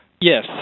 Yes